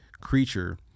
creature